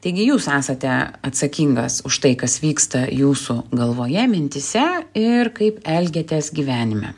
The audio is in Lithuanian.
taigi jūs esate atsakingas už tai kas vyksta jūsų galvoje mintyse ir kaip elgiatės gyvenime